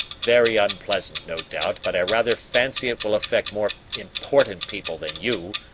very unpleasant, no doubt, but i rather fancy it will affect more important people than you.